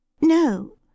No